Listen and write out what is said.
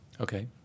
Okay